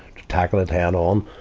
to tackle it head on.